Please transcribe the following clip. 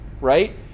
right